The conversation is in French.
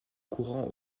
courant